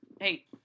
Hey